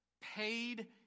Paid